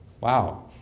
Wow